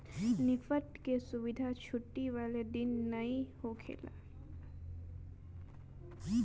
NEFT के सुविधा छुट्टी वाला दिन नाइ होखेला